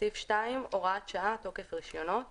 הוראת שעה, תוקף רישיונות